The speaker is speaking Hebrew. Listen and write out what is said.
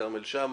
כרמל שאמה,